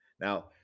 Now